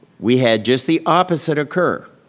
we had just the opposite occur.